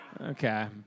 Okay